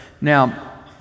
Now